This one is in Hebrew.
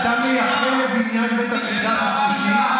אבל אני שואל אותך באופן מעשי.